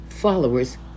followers